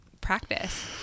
practice